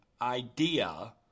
idea